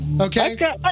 Okay